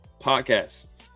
podcast